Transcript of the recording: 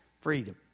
freedom